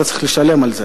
אתה צריך לשלם על זה.